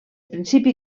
principi